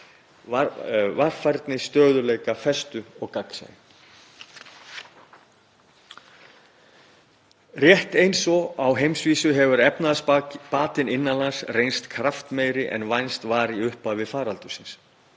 varfærni, stöðugleika, festu og gagnsæi. Rétt eins og á heimsvísu hefur efnahagsbatinn innan lands reynst kraftmeiri en vænst var í upphafi faraldursins.